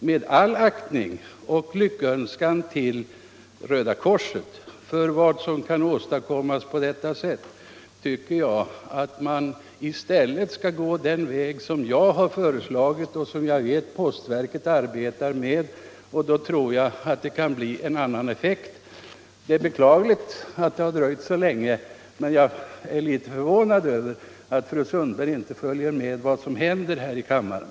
Med all aktning och lyckönskan till Röda korset för vad man kan åstadkomma tycker jag dock att man i stället borde gå den väg jag har föreslagit och som jag vet att postverket arbetar med. Då tror jag som sagt att verksamheten kan få avsevärt större effekt. Det är beklagligt att förverkligandet av denna tanke har dröjt så länge. Och jag är som sagt litet förvånad över att fru Sundberg inte följer med vad som händer här i kammaren.